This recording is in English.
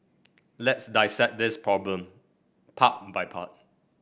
let's dissect this problem part by part